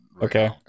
Okay